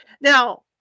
Now